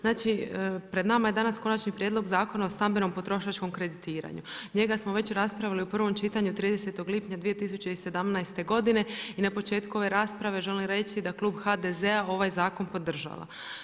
Znači, pred nama je danas Konačni prijedlog Zakona o stambenom potrošačkom kreditiranju, njega smo već raspravili u prvom čitanju 30. lipnja 2017. godine i na početku ove rasprave želim reći da klub HDZ-a ovaj zakon podržava.